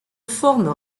formes